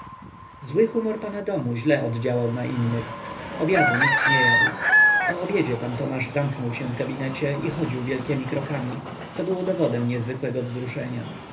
zły humor pana domu źle oddziałał na innych obiadu nikt nie jadł po obiedzie pan tomasz zamknął się w gabinecie i chodził wielkiemi krokami co było dowodem niezwykłego wzruszenia